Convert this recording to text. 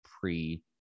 pre